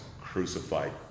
crucified